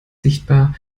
sichtbar